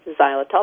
xylitol